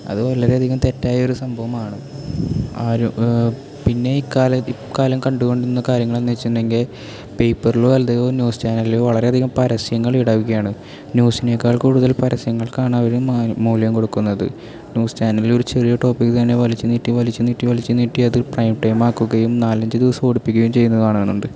അത് വളരെയധികം തെറ്റായ ഒരു സംഭവമാണ് ആരും പിന്നെ ഇക്കാലം ഇക്കാലം കണ്ടുകൊണ്ടിരുന്ന കാര്യങ്ങൾ എന്നുവെച്ചിട്ടുണ്ടെങ്കിൽ പേപ്പറോ അല്ലെങ്കിൽ ന്യൂസ് ചാനലിലോ വളരെയധികം പരസ്യങ്ങൾ ഇടകയാണ് ന്യൂസിനെക്കാൾ കൂടുതൽ പരസ്യങ്ങൾക്കാണ് അവര് മ മൂല്യം കൊടുക്കുന്നത് ന്യൂസ് ചാനലിൽ ഒരു ചെറിയ ടോപ്പിക്ക് തന്നെ വലിച്ചു നീട്ടി വലിച്ചു നീട്ടി വലിച്ചു നീട്ടിയത് അത് പ്രൈം ടൈം ആക്കുകയും നാലഞ്ചു ദിവസം ഓടിപ്പിക്കുകയും ചെയ്യുന്നതാണ് കാണാനുണ്ട്